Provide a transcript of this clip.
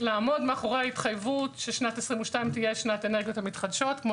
לעמוד מאחורי ההתחייבות ששנת 22' תהיה שנת האנרגיות המתחדשות כפי